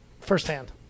firsthand